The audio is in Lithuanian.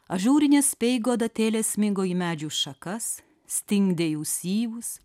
ažūrinės speigo adatėlės smigo į medžių šakas stingdė jų syvus